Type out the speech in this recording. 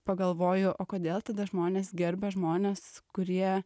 pagalvoju o kodėl tada žmonės gerbia žmones kurie